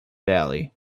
valley